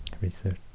research